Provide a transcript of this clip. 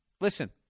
listen